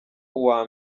uwa